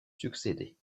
succédé